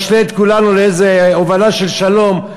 משלה את כולנו לאיזה הובלה של שלום,